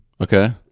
Okay